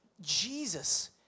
Jesus